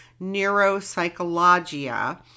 Neuropsychologia